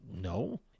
no